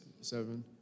seven